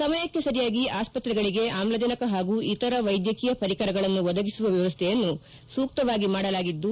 ಸಮಯಕ್ಕೆ ಸರಿಯಾಗಿ ಆಸ್ಪತ್ರೆಗಳಿಗೆ ಅಮ್ಲಜನಕ ಹಾಗೂ ಇತರ ವೈದ್ಯಕೀಯ ಪರಿಕರಗಳನ್ನು ಒದಗಿಸುವ ವ್ಣವಸ್ಥೆಯನ್ನು ಸೂಕ್ತವಾಗಿ ಮಾಡಲಾಗಿದ್ದು